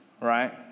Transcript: Right